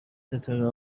ستاره